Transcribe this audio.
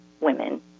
women